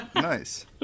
Nice